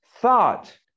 thought